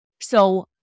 So-